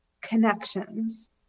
connections